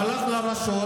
הוא הלך לרשות,